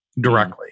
directly